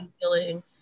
feeling